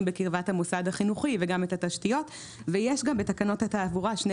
בקרבת המוסד החינוכי וגם את התשתיות ויש גם בתקנות התעבורה שני